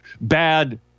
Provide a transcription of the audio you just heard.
bad